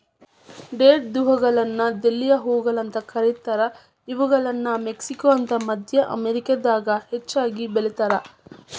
ಡೇರೆದ್ಹೂಗಳನ್ನ dahlia ಹೂಗಳು ಅಂತ ಕರೇತಾರ, ಇವುಗಳನ್ನ ಮೆಕ್ಸಿಕೋ ಮತ್ತ ಮದ್ಯ ಅಮೇರಿಕಾದಾಗ ಹೆಚ್ಚಾಗಿ ಬೆಳೇತಾರ